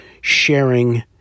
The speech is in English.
sharing